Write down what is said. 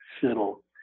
fiddle